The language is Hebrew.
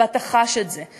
ואתה חש את זה.